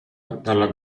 dalla